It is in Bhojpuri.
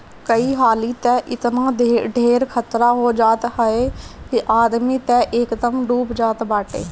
कई हाली तअ एतना ढेर खतरा हो जात हअ कि आदमी तअ एकदमे डूब जात बाटे